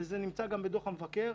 וזה נמצא גם בדוח המבקר.